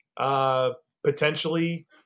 potentially